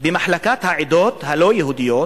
במחלקת העדות הלא-יהודיות